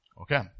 Okay